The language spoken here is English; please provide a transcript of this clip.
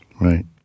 Right